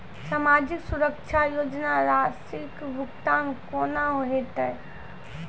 समाजिक सुरक्षा योजना राशिक भुगतान कूना हेतै?